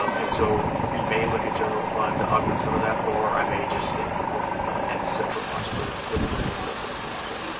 um and so we may look at general fund to augment some of that, or i may just stand at central modular with a window that looks at another module.